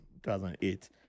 2008